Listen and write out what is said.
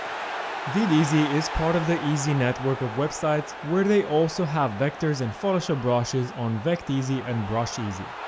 videezy is part of the eezy network of websites, where they also have vectors and photoshop brushes on vecteezy and brusheezy.